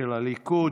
של הליכוד,